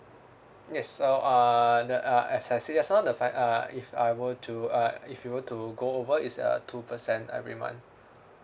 yes so err the uh as I say just now the fi~ uh if I were to uh if you were to go over is uh two percent every month